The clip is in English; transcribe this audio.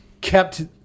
kept